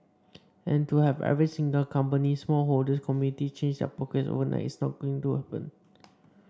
and to have every single company small holders communities change their practices overnight is not going to happen